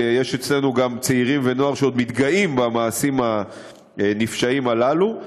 יש אצלנו גם צעירים ונוער שעוד מתגאים במעשים הנפשעים הללו.